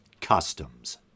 customs